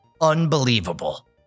Unbelievable